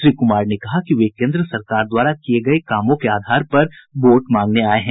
श्री कुमार ने कहा कि वे केन्द्र सरकार द्वारा किये गये कामों के आधार पर वोट मांगने आये हैं